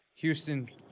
Houston